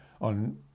on